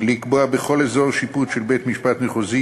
לקבוע בכל אזור שיפוט של בית-משפט מחוזי